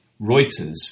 Reuters